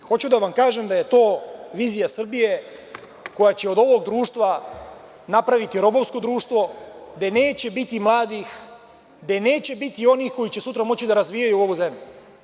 Hoću da vam kažem da je to vizija Srbije koja će od ovog društva napraviti robovsko društvo, gde neće biti mladih, gde neće biti onih koji će sutra moći da razvijaju ovu zemlju.